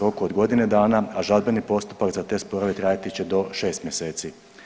roku od godine dana, a žalbeni postupak za te sporove trajati će do 6 mjeseci.